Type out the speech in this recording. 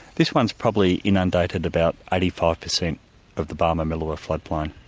this one has probably inundated about eighty five percent of the barmah-millewa floodplain,